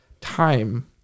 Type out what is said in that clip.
time